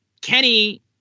Kenny